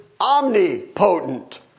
omnipotent